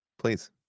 Please